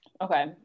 okay